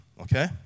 okay